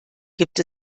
gibt